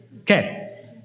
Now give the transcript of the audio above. Okay